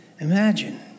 Imagine